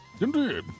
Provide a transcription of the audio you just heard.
Indeed